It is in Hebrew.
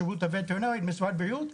השירות הווטרינרי ומשרד הבריאות.